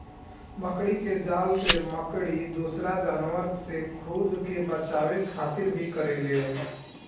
मकड़ी के जाल से मकड़ी दोसरा जानवर से खुद के बचावे खातिर भी करेले